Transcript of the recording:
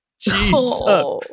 Jesus